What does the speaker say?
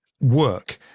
work